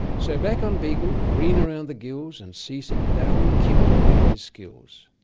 so back on beagle, green around the gills and seasick, darwin kept applying his skills.